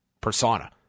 persona